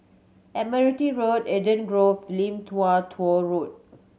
Admiralty Road Eden Grove Lim Tua Tow Road